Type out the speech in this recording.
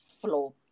floor